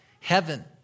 heaven